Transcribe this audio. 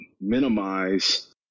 minimize